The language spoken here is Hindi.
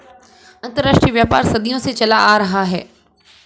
अंतरराष्ट्रीय व्यापार सदियों से चला आ रहा है